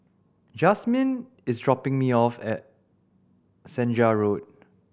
Jazmyn is dropping me off at Senja Road